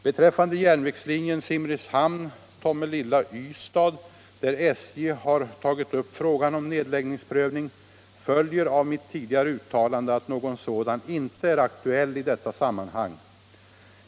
Beträffande järnvägslinjen Simrishamn-Tomelilla-Ystad, där SJ har tagit upp frågan om nedläggningsprövning, följer av mitt tidigare uttalande att någon sådan inte är aktuell i detta sammanhang.